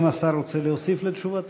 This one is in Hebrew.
האם השר רוצה להוסיף לתשובתו?